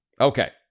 Okay